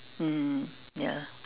mm ya